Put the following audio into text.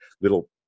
little